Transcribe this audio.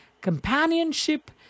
companionship